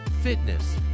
fitness